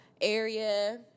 area